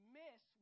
miss